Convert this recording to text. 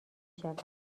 شود